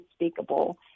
unspeakable